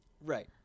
Right